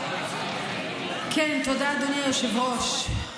כן, תודה, אדוני היושב-ראש.